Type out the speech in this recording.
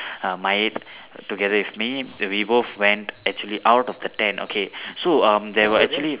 um Mayet together with me we both went actually out of the tent okay so um there were actually